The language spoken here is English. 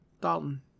Dalton